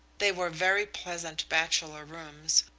they were very pleasant bachelor rooms,